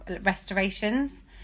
restorations